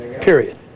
Period